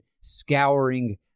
scouring